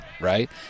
right